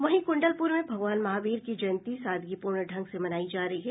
वहीं कुंडलपुर में भगवान महावीर की जयंती सादगीपूर्ण ढंग से मनाई जा रही है